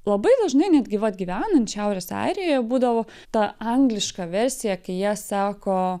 labai dažnai netgi vat gyvenant šiaurės airijoje būdavo ta angliška versija kai jie sako